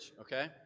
okay